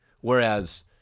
whereas